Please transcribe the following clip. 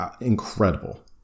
incredible